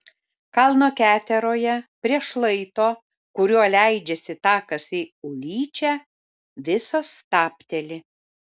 kalno keteroje prie šlaito kuriuo leidžiasi takas į ulyčią visos stabteli